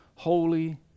holy